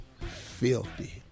filthy